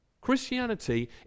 Christianity